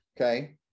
okay